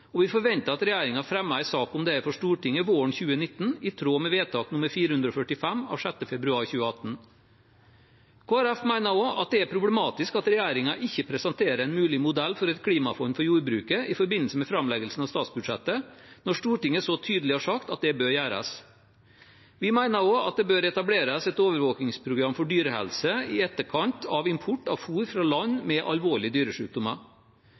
og vi forventer at regjeringen fremmer en sak om det for Stortinget våren 2019, i tråd med vedtak nr. 445 av 6. februar 2018. Kristelig Folkeparti mener også at det er problematisk at regjeringen ikke presenterer en mulig modell for et klimafond for jordbruket i forbindelse med framleggelsen av statsbudsjettet når Stortinget så tydelig har sagt at det bør gjøres. Vi mener også at det bør etableres et overvåkingsprogram for dyrehelse i etterkant av importen av fôr fra land